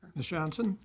ms. johnson.